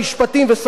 חוק-חוק,